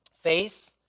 Faith